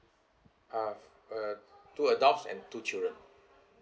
ah uh two adults and two children